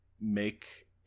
make